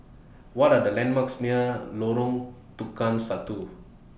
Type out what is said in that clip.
What Are The landmarks near Lorong Tukang Satu